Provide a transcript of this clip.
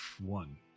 one